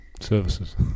Services